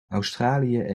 australië